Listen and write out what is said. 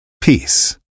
Peace